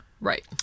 Right